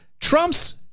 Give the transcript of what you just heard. Trump's